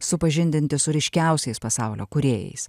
supažindinti su ryškiausiais pasaulio kūrėjais